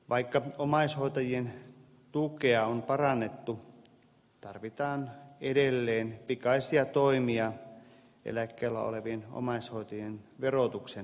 vaikka omaishoitajien tukea on parannettu tarvitaan edelleen pikaisia toimia eläkkeellä olevien omaishoitajien verotuksen keventämiseksi